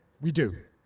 we do.